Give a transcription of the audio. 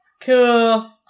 Cool